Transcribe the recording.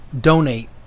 donate